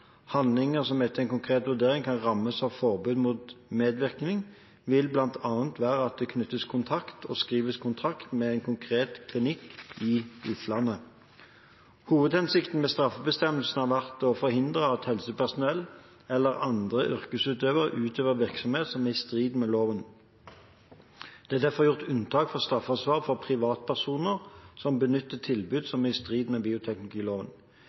Handlinger som etter en konkret vurdering kan rammes av forbudet mot medvirkning, vil bl.a. være at det knyttes kontakt og skrives kontrakt med en konkret klinikk i utlandet. Hovedhensikten med straffebestemmelsen har vært å forhindre at helsepersonell eller andre yrkesutøvere utøver virksomhet som er i strid med loven. Det er derfor gjort unntak fra straffansvaret for privatpersoner som benytter tilbud som er i strid med bioteknologiloven.